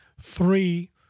Three